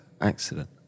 accident